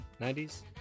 90s